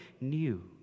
new